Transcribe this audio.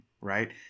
right